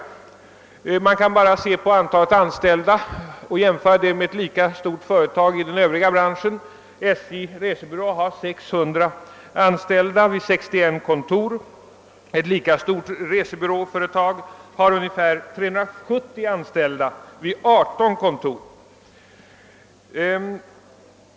Om man ser på antalet anställda finner man att SJ:s resebyråer har 600 anställda fördelade på 61 kontor, medan ett lika stort enskilt resebyråföretag har ungefär 370 anställda vid 18 kontor.